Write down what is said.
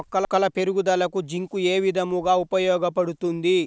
మొక్కల పెరుగుదలకు జింక్ ఏ విధముగా ఉపయోగపడుతుంది?